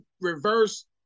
reverse